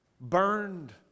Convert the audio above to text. burned